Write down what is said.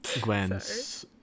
Gwen's